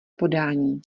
podání